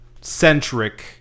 Centric